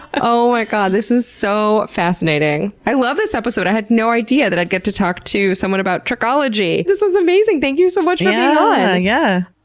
oh my god. this is so fascinating. i love this episode. i had no idea that i'd get to talk to someone about trichology! this is amazing! thank you so much yeah yeah